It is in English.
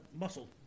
muscle